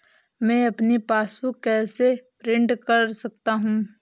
मैं अपनी पासबुक कैसे प्रिंट कर सकता हूँ?